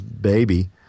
baby